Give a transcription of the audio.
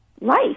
life